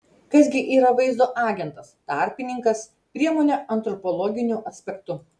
kas gi yra vaizdo agentas tarpininkas priemonė antropologiniu aspektu